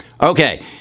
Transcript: Okay